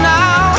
now